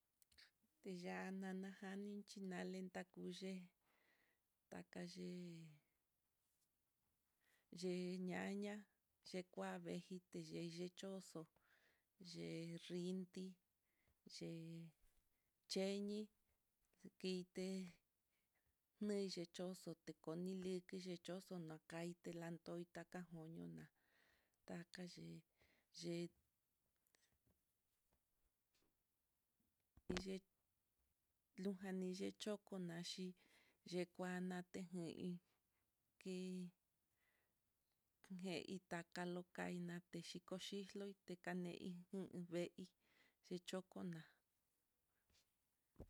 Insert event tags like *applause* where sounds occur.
Tiya'a nana jani xhinale takuc *hesitation* akayii yiiñaña, yekua vejite yeyichoxo, yee nrinti yee c *hesitation* i, ité nei xhichoxo tekonil nikichoxo no'o, kaite latoi taja juño li takaye yei ye lujani yee choko naxhi, yekuanate jui kii kei itaka lokainate xhiko xhixloité takaite noveei xhichokoná.